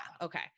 okay